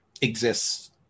exists